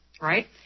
right